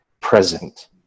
present